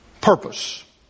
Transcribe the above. purpose